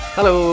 Hello